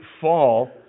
fall